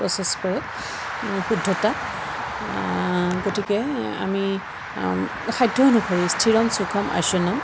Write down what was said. process কৰে শুদ্ধতা গতিকে আমি সাধ্য অনুসৰি স্থিৰম সুষম আস্যনম